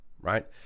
right